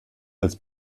als